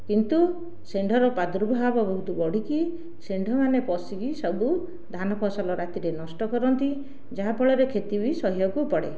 କିନ୍ତୁ ଷଣ୍ଢର ପାର୍ଦୁଭାବ ବହୁତ ବଢ଼ିକି ଷଣ୍ଢମାନେ ପଶିକି ସବୁ ଧାନ ଫସଲ ରାତିରେ ନଷ୍ଟ କରନ୍ତି ଯାହାଫଳରେ କ୍ଷତି ବି ସହିବାକୁ ପଡ଼େ